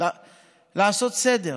לעשות סדר.